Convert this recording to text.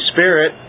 Spirit